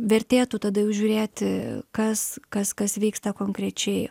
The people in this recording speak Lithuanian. vertėtų tada jau žiūrėti kas kas kas vyksta konkrečiai